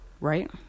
right